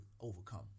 overcome